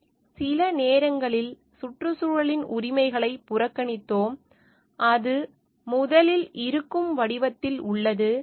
நாம் சில நேரங்களில் சுற்றுச்சூழலின் உரிமைகளைப் புறக்கணிக்கிறோம் அது முதலில் இருக்கும் வடிவத்தில் உள்ளது